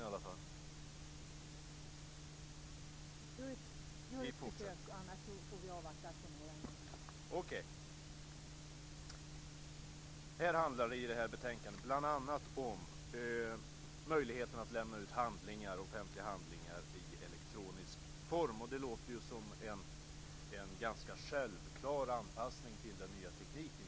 I betänkandet handlar det bl.a. om möjligheten att lämna ut offentliga handlingar i elektronisk form, och det låter ju som en ganska självklar anpassning till den nya tekniken.